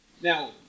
Now